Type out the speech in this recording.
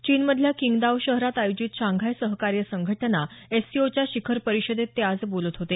चीन मधल्या किंगदाओ शहरात आयोजित शांघाय सहकार्य संघटनेच्या शिखर परिषदेत ते आज बोलत होते